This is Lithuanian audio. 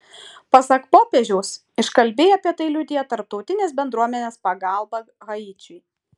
pasak popiežiaus iškalbiai apie tai liudija tarptautinės bendruomenės pagalba haičiui